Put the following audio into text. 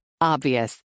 Obvious